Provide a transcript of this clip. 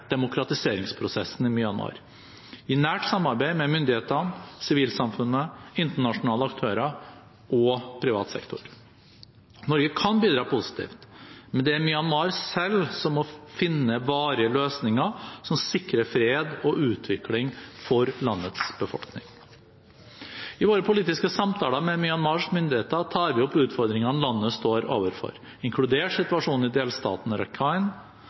demokratiseringsprosessen i Myanmar, i nært samarbeid med myndighetene, sivilsamfunnet, internasjonale aktører og privat sektor. Norge kan bidra positivt, men det er Myanmar selv som må finne varige løsninger som sikrer fred og utvikling for landets befolkning. I våre politiske samtaler med Myanmars myndigheter tar vi opp utfordringene landet står overfor, inkludert situasjonen i